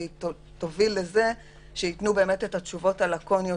והיא תוביל לזה שייתנו את התשובות הלקוניות